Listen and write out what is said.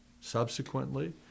subsequently